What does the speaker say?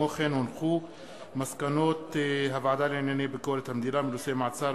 מסקנות הוועדה לענייני ביקורת המדינה בעקבות דיון מהיר בנושא: מעצר